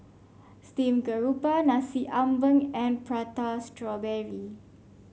Steam Garoupa Nasi Ambeng and Prata Strawberry